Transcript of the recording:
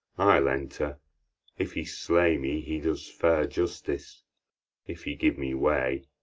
i'll enter if he slay me, he does fair justice if he give me way,